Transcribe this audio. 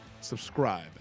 subscribe